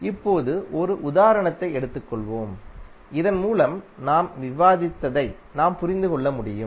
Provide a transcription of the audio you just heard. இப்போது ஒரு உதாரணத்தை எடுத்துக்கொள்வோம் இதன்மூலம் நாம் விவாதித்ததை நாம் புரிந்து கொள்ள முடியும்